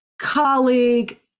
colleague